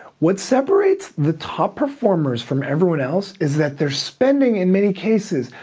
what separates the top performers from everyone else is that they're spending, in many cases,